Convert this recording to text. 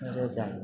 गरजेचं आहे